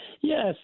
Yes